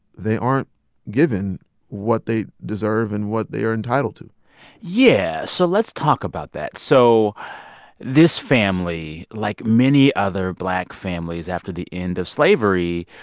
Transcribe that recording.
they aren't given what they deserve and what they are entitled to yeah. so let's talk about that. so this family, like many other black families after the end of slavery,